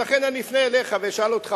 ולכן אני אפנה אליך ואשאל אותך,